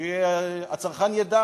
שהצרכן ידע